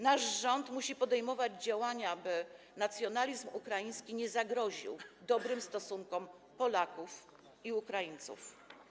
Nasz rząd musi podejmować działania, aby nacjonalizm ukraiński nie zagroził dobrym stosunkom Polaków i Ukraińców.